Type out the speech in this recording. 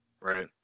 Right